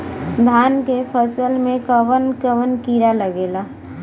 धान के फसल मे कवन कवन कीड़ा लागेला?